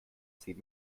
zehn